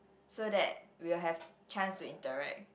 so that we will have chance to interact